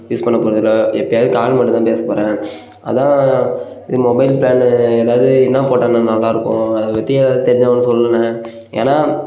use பண்ண போகிறது இல்லை எப்பையாவது கால் மட்டும் தான் பேசப் போகிறேன் அதுதான் இது மொபைல் ப்ளானு ஏதாவது என்ன போட்டால்ண்ணா நல்லாயிருக்கும் அதைப் பற்றி ஏதாவது தெரிஞ்சால் கூட சொல்லுண்ணே ஏன்னால்